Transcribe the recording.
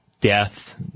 death